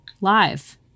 live